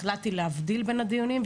החלטתי להבדיל בין הדיונים,